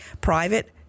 private